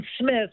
Smith